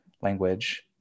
language